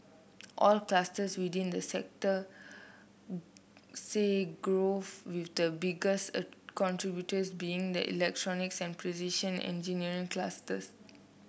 all clusters within the sector see growth with the biggest a contributors being the electronics and precision engineering clusters